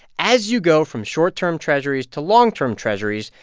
as you go from short-term treasurys to long-term treasurys,